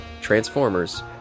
Transformers